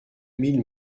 mille